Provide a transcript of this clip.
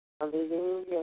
Hallelujah